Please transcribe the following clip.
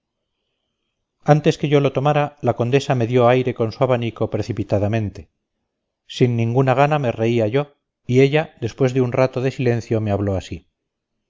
antes que yo lo tomara la condesa me dio aire con su abanico precipitadamente sin ninguna gana me reía yo y ella después de un rato de silencio me habló así